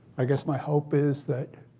i guess my hope is that